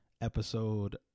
episode